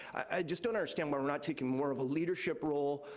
i just don't understand why we're not taking more of a leadership role,